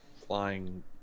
flying